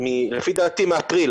לפי דעתי מאפריל,